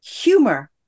humor